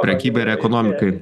prekybai ir ekonomikai